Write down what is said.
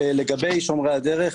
לגבי שומרי הדרך,